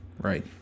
Right